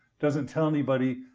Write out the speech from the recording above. doesn't tell anybody,